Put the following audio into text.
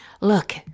Look